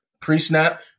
pre-snap